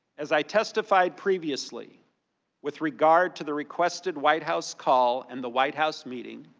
as i testified previously with regard to the requested white house call and the white house meeting,